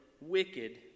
wicked